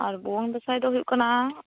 ᱟᱨ ᱵᱷᱩᱣᱟ ᱝ ᱫᱟᱥᱟᱸᱭ ᱫᱚ ᱦᱩᱭᱩᱜ ᱠᱟᱱᱟ